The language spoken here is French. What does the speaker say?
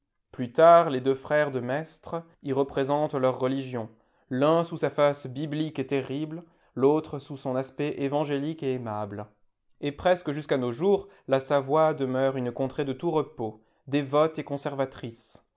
plus tard les deux frères de maistre y représentent leur religion l'un sous sa face biblique et terrible l'autre sous son aspect évangélique et aimable et presque jusqu'à nos jours la savoie deineure une contrée de tout repos dévote et conservatrice